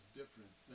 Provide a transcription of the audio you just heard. different